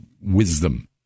wisdom